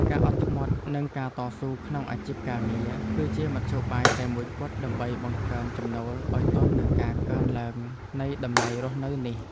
ការអត់ធ្មត់និងការតស៊ូក្នុងអាជីពការងារ គឺជាមធ្យោបាយតែមួយគត់ដើម្បីបង្កើនចំណូលឱ្យទាន់នឹងការកើនឡើងនៃតម្លៃរស់នៅនេះ។